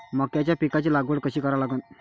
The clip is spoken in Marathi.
मक्याच्या पिकाची लागवड कशी करा लागन?